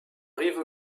rive